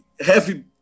heavy